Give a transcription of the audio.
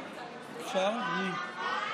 ארבע.